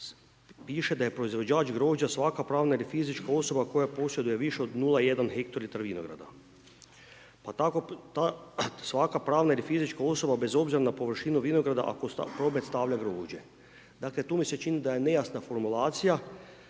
piše da je proizvođač grožđa svaka pravna ili fizička osoba koja posjeduje više od 0,1 hektolitra vinograda. Pa tako ta svaka pravna ili fizička osoba bez obzira na površinu vinograda ako u promet stavlja grožđe. Dakle, tu mi se čini da je nejasna formulacija